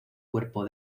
cuerpo